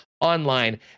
online